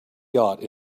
yacht